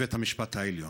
לבית המשפט העליון?